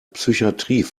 psychatrie